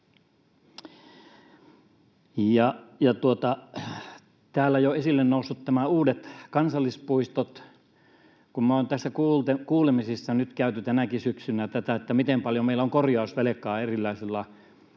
täällä ovat jo esille nousseet nämä uudet kansallispuistot. Kun me olemme näissä kuulemisissa nyt käyneet läpi tänäkin syksynä tätä, että miten paljon meillä on erilaista